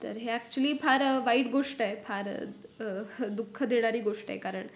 तर हे ॲक्च्युली फार वाईट गोष्ट आहे फार दुःख देणारी गोष्ट आहे कारण